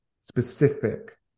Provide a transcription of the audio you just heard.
specific